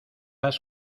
has